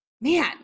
man